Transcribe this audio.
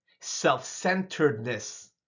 self-centeredness